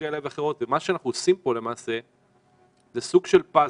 וגם מי שנמצא איתנו בזום.